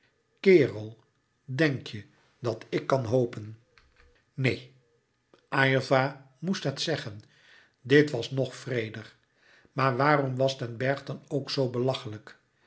kerel denk je dat ik kan hopen neen aylva moest het zeggen dit was nog wreeder maar waarom was den bergh dan ook zoo belachelijk